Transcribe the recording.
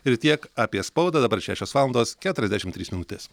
ir tiek apie spaudą dabar šešios valandos keturiasdešim trys minutės